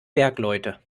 bergleute